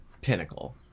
pinnacle